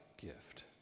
gift